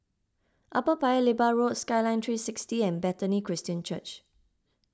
Upper Paya Lebar Road Skyline three sixty and Bethany Christian Church